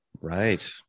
Right